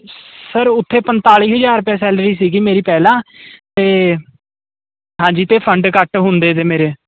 sir ਉੱਥੇ ਪੰਤਾਲੀ ਹਜ਼ਾਰ ਸੈਲਰੀ ਸੀਗੀ ਮੇਰੀ ਪਹਿਲਾਂ ਤੇ ਹਾਂਜੀ ਤੇ ਫੰਡ ਘੱਟ ਹੁੰਦੇ ਦੇ ਮੇਰੇ